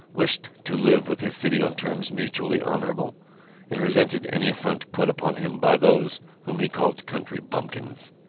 wished to live with his city on terms mutually honourable and resented any affront put upon him by those whom he called country bumpkins.